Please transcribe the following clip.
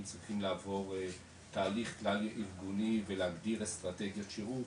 צריכים לעבור תהליך ארגוני ולהגדיר אסטרטגיות שירות,